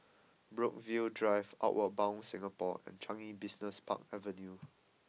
Brookvale Drive Outward Bound Singapore and Changi Business Park Avenue